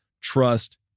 trust